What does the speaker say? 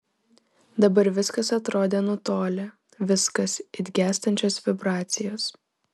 dabar viskas atrodė nutolę viskas it gęstančios vibracijos